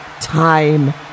time